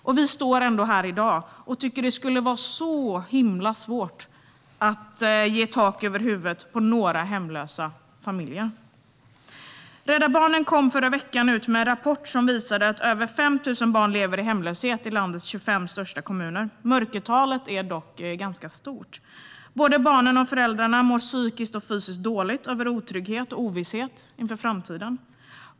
Ändå står vi här i dag och tycker att det skulle vara så himla svårt att ge några hemlösa familjer tak över huvudet. Rädda Barnen kom förra veckan ut med en rapport som visade att över 5 000 barn lever i hemlöshet i landets 25 största kommuner; mörkertalet är dock ganska stort. Både barnen och föräldrarna mår psykiskt och fysiskt dåligt på grund av otryggheten och ovissheten inför framtiden.